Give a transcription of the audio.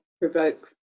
provoke